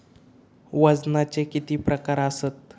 वजनाचे किती प्रकार आसत?